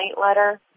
letter